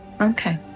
Okay